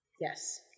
Yes